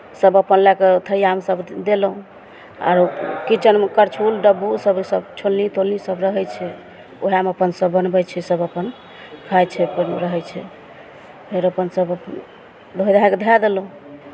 सभ अपन लए कऽ अपन थरियामे सभ देलहुँ आरो किचनमे करछुल डब्बुक सभ इसभ छोलनी तोलनी सभ रहै छै उएहमे अपन सभ बनबै छै सभ अपन खाइ छै अपन रहै छै फेर अपन सभ लोहरा कऽ धए देलहुँ